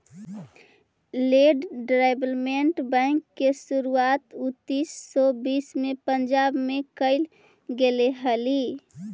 land development bank के शुरुआत उन्नीस सौ बीस में पंजाब में कैल गेले हलइ